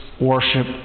worship